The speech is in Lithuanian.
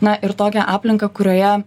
na ir tokią aplinką kurioje